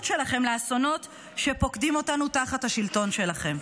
שלכם לאסונות שפוקדים אותנו תחת השלטון שלכם.